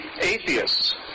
atheists